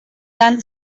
lan